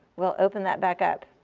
we'll open that back up.